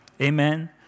Amen